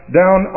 down